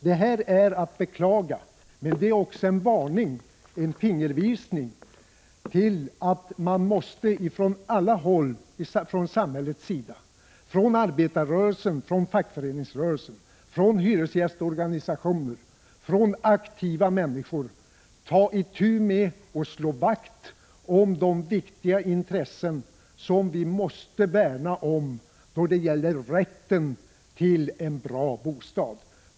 Det här är att beklaga, men det är också en fingervisning om att man från alla håll — från samhällets sida, från arbetarrörelsen, från fackföreningsrörelsen, från hyresgästorganisationer, från aktiva människor — måste slå vakt om och värna viktiga intressen då det gäller rätten till en bra bostad.